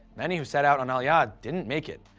many who sent out on aliyah didn't make it.